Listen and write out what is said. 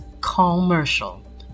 commercial